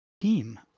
team